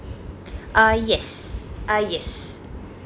uh yes ah yes